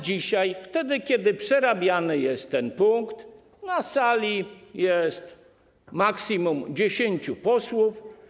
Dzisiaj, kiedy przerabiany jest ten punkt, na sali jest maksimum 10 posłów.